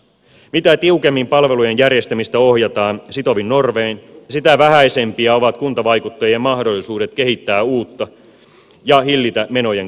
mitä tiukemmin palvelujen järjestämistä ohjataan sitovin normein sitä vähäisempiä ovat kuntavaikuttajien mahdollisuudet kehittää uutta ja hillitä menojen kasvua